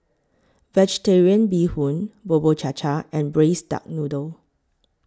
Vegetarian Bee Hoon Bubur Cha Cha and Braised Duck Noodle